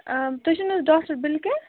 آ تُہۍ چھِو نہٕ حظ ڈاکٹر بِلکیٖس